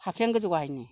फाफ्लियानो गोजौ गाहायनो